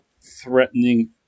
threatening